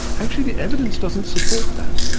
actually the evidence doesn't support that.